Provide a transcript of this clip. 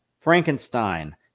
Frankenstein